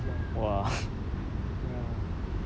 I was telling her she can feel lah she knows lah you see